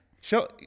Show